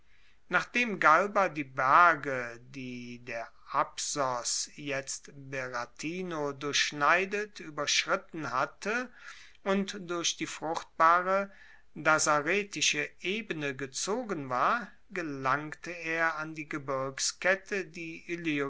nachdem galba die berge die der apsos jetzt beratin durchschneidet ueberschritten hatte und durch die fruchtbare dassaretische ebene gezogen war gelangte er an die gebirgskette die